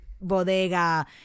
bodega